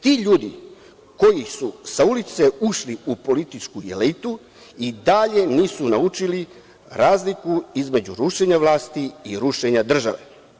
Ti ljudi koji su sa ulice ušli u političku elitu i dalje nisu naučili razliku između rušenja vlasti i rušenja države.